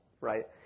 right